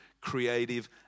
creative